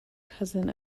cousin